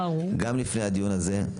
גם לפני הדיון הזה.